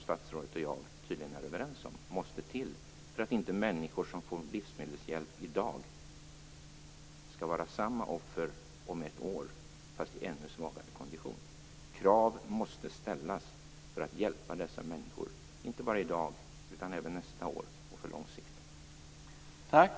Statsrådet och jag är tydligen överens om att de måste till för att inte människor som får livsmedelshjälp i dag skall bli offer på samma sätt om ett år, fast i ännu svagare kondition. Kalla det gärna plakatpolitik, som utrikesministern gjorde tidigare i dag. Men krav måste ställas för att man skall kunna hjälpa dessa människor, inte bara i dag utan även nästa år och på lång sikt.